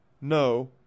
no